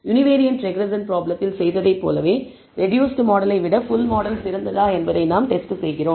univariate regression ப்ராப்ளத்தில் செய்ததை போலவே ரெடூஸ்ட் மாடலை விட ஃபுல் மாடல் சிறந்ததா என்பதை நாம் டெஸ்ட் செய்கிறோம்